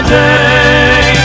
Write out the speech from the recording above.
day